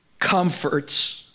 comforts